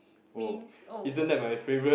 means oh